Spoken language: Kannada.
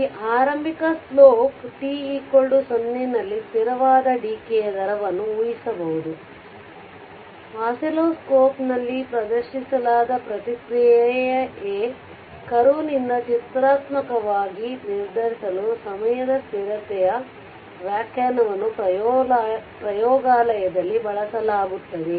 ಈ ಆರಂಭಿಕ ಸ್ಲೋಪ್ t0 ನಲ್ಲಿ ಸ್ಥಿರವಾದ ಡಿಕೇdecay τಯ ದರವನ್ನು ಊಹಿಸಬಹುದು ಆಸಿಲ್ಲೋಸ್ಕೋಪ್ನಲ್ಲಿ ಪ್ರದರ್ಶಿಸಲಾದ ಪ್ರತಿಕ್ರಿಯೆ ಕರ್ವ್ನಿಂದ ಚಿತ್ರಾತ್ಮಕವಾಗಿ ನಿರ್ಧರಿಸಲು ಸಮಯದ ಸ್ಥಿರತೆಯ τವ್ಯಾಖ್ಯಾನವನ್ನು ಪ್ರಯೋಗಾಲಯದಲ್ಲಿ ಬಳಸಲಾಗುತ್ತದೆ